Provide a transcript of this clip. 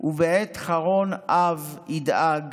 ובעת חרון אב / ידאג: